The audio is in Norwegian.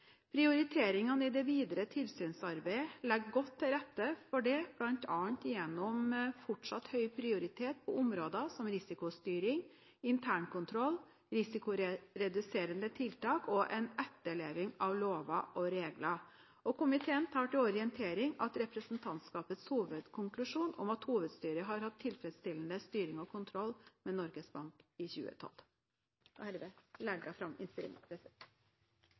i det videre tilsynsarbeidet legger godt til rette for det bl.a. gjennom fortsatt høy prioritet på områder som risikostyring, internkontroll, risikoreduserende tiltak og en etterleving av lover og regler. Komiteen tar til orientering representantskapets hovedkonklusjon om at hovedstyret har hatt tilfredsstillende styring og kontroll med Norges Bank i 2012. Med dette anbefaler jeg